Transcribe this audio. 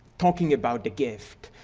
talking about the gift.